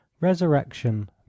Resurrection